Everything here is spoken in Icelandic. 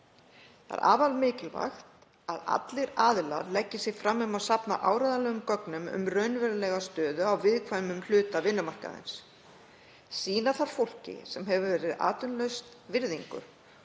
Það er afar mikilvægt að allir aðilar leggi sig fram um að safna áreiðanlegum gögnum um raunverulega stöðu á viðkvæmum hluta vinnumarkaðarins. Sýna þarf fólki sem hefur verið atvinnulaust virðingu